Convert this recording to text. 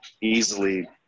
easily